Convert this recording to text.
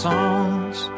songs